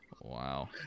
Wow